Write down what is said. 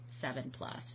seven-plus